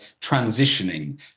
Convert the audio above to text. transitioning